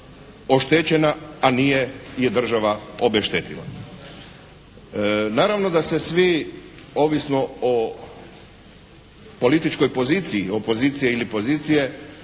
oštećena a nije je država obeštetila. Naravno da se svi ovisno o političkoj poziciji, opozicije ili pozicije